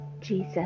Jesus